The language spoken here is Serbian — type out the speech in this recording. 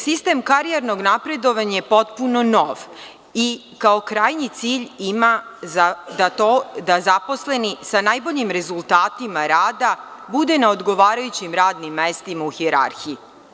Sistem karijernog napredovanja je potpuno nov i kao krajnji cilj ima to da zaposleni sa najboljim rezultatima rada bude na odgovarajućim radnim mestima u hijerarhiji.